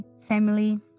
family